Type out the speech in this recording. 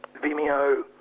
Vimeo